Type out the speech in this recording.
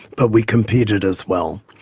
but we competed as well.